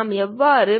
நாம் எவ்வாறு